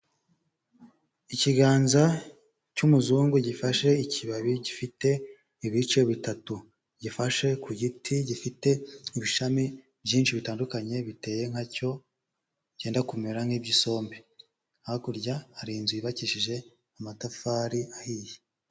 Ikiganza cy'umuzungu gifashe ikibabi gifite ibice bitatu. Gifashe ku giti gifite ibishami byinshi bitandukanye biteye nkacyo cyenda kumera nk'iby'isombe. Hakurya hari inzu yubakishije amatafari ahiye.